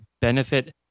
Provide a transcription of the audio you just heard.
benefit